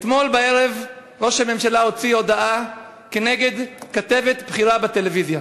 אתמול בערב ראש הממשלה הוציא הודעה כנגד כתבת בכירה בטלוויזיה.